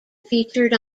featured